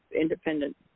independent